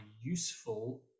useful